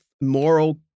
moral